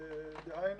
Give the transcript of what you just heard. דהיינו,